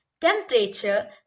temperature